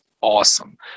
awesome